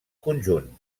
conjunt